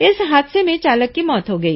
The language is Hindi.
इस हादसे में चालक की मौत हो गई